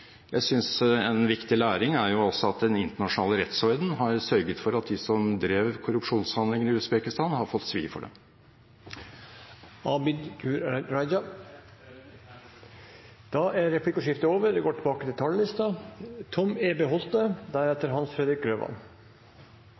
Jeg synes en viktig læring også er at den internasjonale rettsorden har sørget for at de som drev korrupsjonshandlinger i Usbekistan, har fått svi for det. Dermed er replikkordskiftet over.